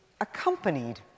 accompanied